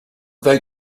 they